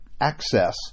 access